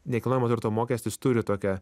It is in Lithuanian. nekilnojamo turto mokestis turi tokią